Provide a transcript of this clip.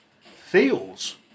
Feels